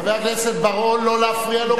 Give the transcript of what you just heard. חבר הכנסת בר-און, לא להפריע לו.